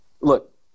look